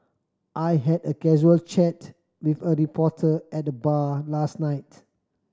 I had a casual chat with a reporter at the bar last night